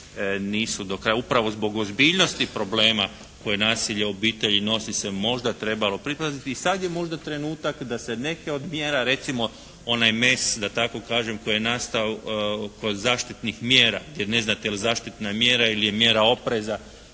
nisu do kraja, upravo zbog ozbiljnosti problema koje nasilje u obitelji nosi se možda trebalo pripaziti. I sad je možda trenutak da se neke od mjera, recimo onaj mes da tako kažem, koji je nastao kod zaštitnih mjera, gdje ne znate je li zaštitna mjera ili je mjera opreza,